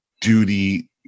duty